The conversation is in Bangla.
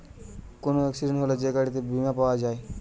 কোন এক্সিডেন্ট হলে যে গাড়িতে বীমা পাওয়া যায়